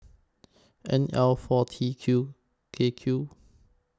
N L four T Q K Q